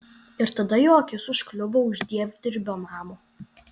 ir tada jo akis užkliuvo už dievdirbio namo